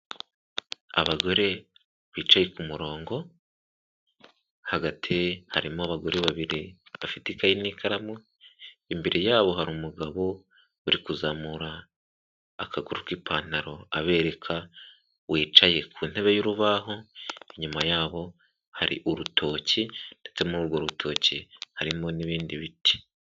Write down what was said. Abagore bicaye ku murongo, hagati harimo abagore babiri bafite ikayi n'ikaramu, imbere yabo hari umugabo uri kuzamura akaguru k'ipantaro abereka wicaye ku ntebe y'urubaho, inyuma y'aho hari urutoki ndetse muri urwo rutoki harimo n'ibindi biti.